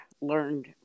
learned